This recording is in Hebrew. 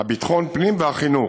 ביטחון הפנים והחינוך.